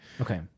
Okay